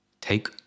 take